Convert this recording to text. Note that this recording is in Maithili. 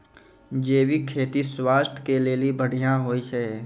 जैविक खेती स्वास्थ्य के लेली बढ़िया होय छै